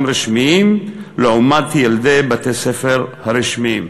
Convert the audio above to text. רשמיים לעומת ילדי בתי-הספר הרשמיים.